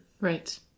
right